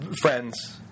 Friends